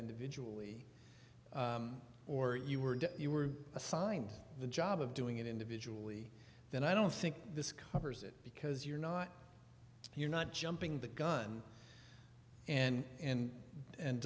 individual or you were you were assigned the job of doing it individually then i don't think this covers it because you're not you're not jumping the gun and and